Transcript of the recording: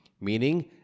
Meaning